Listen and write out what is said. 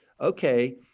okay